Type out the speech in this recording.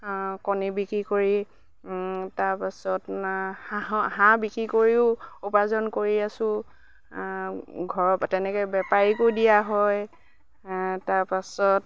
কণী বিক্ৰী কৰি তাৰপাছত হাঁহৰ হাঁহ বিক্ৰী কৰিও উপাৰ্জন কৰি আছোঁ ঘৰত তেনেকৈ বেপাৰীকো দিয়া হয় তাৰপাছত